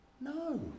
No